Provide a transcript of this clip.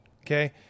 Okay